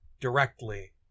directly